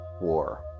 war